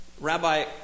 Rabbi